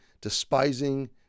despising